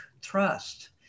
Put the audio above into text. trust